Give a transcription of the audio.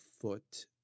foot